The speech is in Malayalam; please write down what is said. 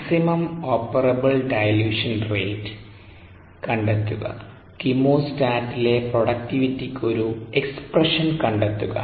maximum operable dilution rate maximum dilution rate കണ്ടെത്തുക കീമോ സ്റ്റാറിലെ പ്രൊഡക്ടിവിറ്റി ക്ക് ഒരു എക്സ്പ്രഷൻ കണ്ടെത്തുക